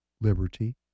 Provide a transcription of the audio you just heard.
liberty